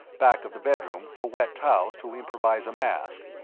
back of the bedroom, for wet towels to improvise a mask.